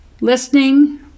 Listening